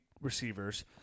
receivers